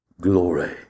glory